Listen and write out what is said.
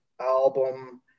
album